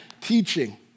teaching